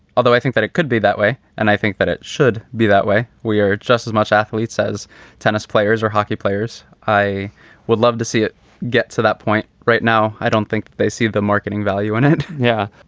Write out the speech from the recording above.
although i think that it could be that way. and i think that it should be that way. we are just as much athletes as tennis players or hockey players. i would love to see it get to that point right now. i don't think they see the marketing value in it. yeah.